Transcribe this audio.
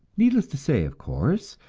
needless to say, of course,